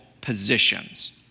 positions